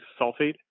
sulfate